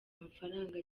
amafaranga